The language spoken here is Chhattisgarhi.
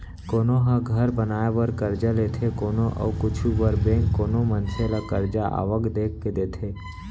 कोनो ह घर बनाए बर करजा लेथे कोनो अउ कुछु बर बेंक कोनो मनसे ल करजा आवक देख के देथे